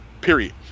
Period